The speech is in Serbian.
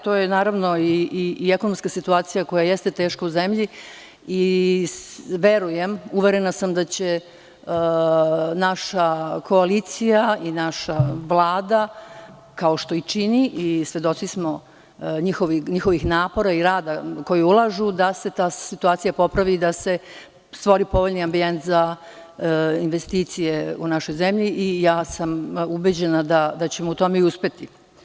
Tu je i ekonomska situacija, koja jeste teška u zemlji i uverena sam da će naša koalicija i naša Vlada, kao što i čini, svedoci smo njihovih napora koje ulažu da se ta situacija popravi i da se stvori povoljniji ambijent za investicije u našoj zemlji, tako da sam ubeđena da ćemo u tome i uspeti.